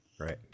Right